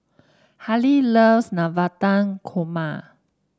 Hali loves Navratan Korma